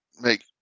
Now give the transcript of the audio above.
make